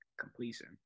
completion